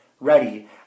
ready